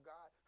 God